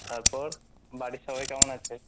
তারপর বাড়ির সবাই কেমন আছে